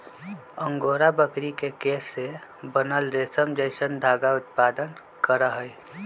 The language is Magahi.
अंगोरा बकरी के केश से बनल रेशम जैसन धागा उत्पादन करहइ